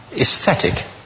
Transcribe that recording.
aesthetic